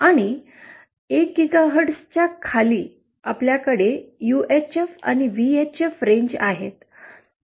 आणि 1 गीगाहर्ट्झच्या खाली आपल्याकडे यूएचएफ आणि व्हीएचएफ रेंज आहेत